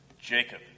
Jacob